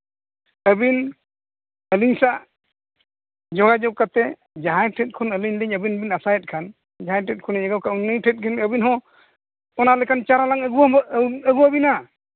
ᱟᱹᱵᱤᱱ ᱟᱹᱞᱤᱧ ᱥᱟᱜ ᱡᱳᱜᱟᱡᱳᱜᱽ ᱠᱟᱛᱮᱫ ᱡᱟᱦᱟᱸᱭ ᱴᱷᱮᱡ ᱠᱷᱚᱱ ᱟᱹᱞᱤᱧ ᱞᱤᱧ ᱟᱹᱵᱤᱱ ᱵᱤᱱ ᱟᱥᱟᱭᱮᱫ ᱠᱷᱟᱱ ᱡᱟᱦᱟᱸᱭ ᱴᱷᱮᱡ ᱠᱷᱚᱡ ᱞᱤᱧ ᱟᱹᱜᱩ ᱠᱟᱜᱼᱟ ᱩᱱᱤ ᱴᱷᱮᱡ ᱜᱮ ᱟᱹᱵᱤᱱ ᱦᱚᱸ ᱚᱱᱟ ᱞᱮᱠᱟᱱ ᱪᱟᱨᱟ ᱞᱟᱝ ᱟᱹᱜᱩᱣᱟ ᱵᱤᱱᱟ